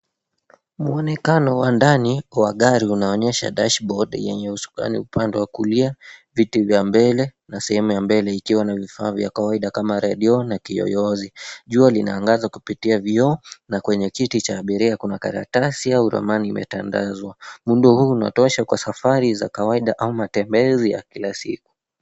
Mwonekano wa ndani wa gari unaonyesha dashboard yenye usukani upande wa kulia, viti vya mbele na sehemu ya mbele ikiwa na vifaa vya kawaida kama redio na kiyoyozi. Jua linaangaza kupitia vioo, na kwenye kiti cha abiria kuna karatasi au ramani imetandazwa. Muundo huu unatosha kwa safari za kawaida au matembezi ya kila siku.